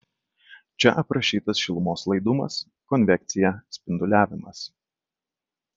čia aprašytas šilumos laidumas konvekcija spinduliavimas